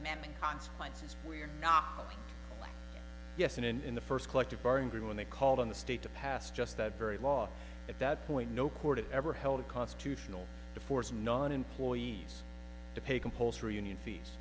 amendment consequences we're not yes and in the first collective bargain when they called on the state to pass just that very law at that point no court ever held a constitutional to force non employees to pay compulsory union fees